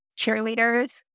cheerleaders